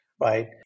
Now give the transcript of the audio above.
right